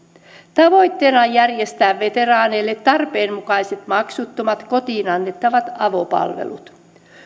tavoitteena on järjestää veteraaneille tarpeenmukaiset maksuttomat kotiin annettavat avopalvelut